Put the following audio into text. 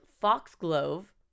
foxglove